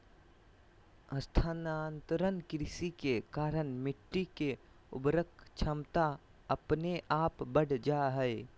स्थानांतरण कृषि के कारण मिट्टी के उर्वरक क्षमता अपने आप बढ़ जा हय